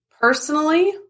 Personally